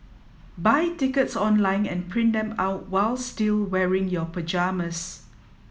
buy tickets online and print them out while still wearing your pyjamas